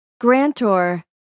grantor